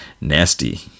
nasty